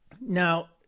Now